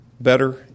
better